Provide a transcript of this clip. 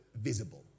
visible